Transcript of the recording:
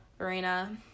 Arena